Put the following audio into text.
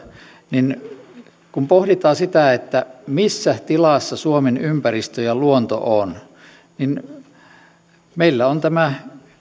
niin kun pohditaan sitä missä tilassa suomen ympäristö ja luonto ovat meillä on tämä